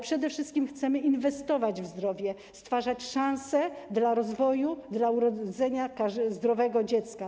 Przede wszystkim chcemy jednak inwestować w zdrowie, stwarzać szanse na rozwój, na urodzenie zdrowego dziecka.